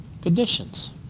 conditions